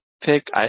pick